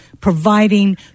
providing